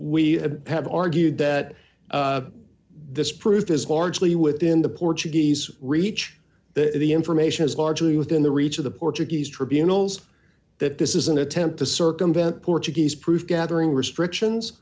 we have argued that this proof is largely within the portuguese reach the the information is largely within the reach of the portuguese tribunal's that this is an attempt to circumvent portuguese prove gathering restrictions